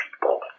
people